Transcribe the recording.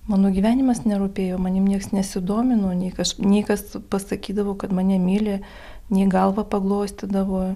mano gyvenimas nerūpėjo manim nieks nesudomino niekas niekas pasakydavo kad mane myli nei galvą paglostydavo